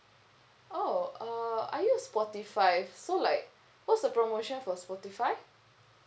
oh uh I use spotify so like what's the promotion for spotify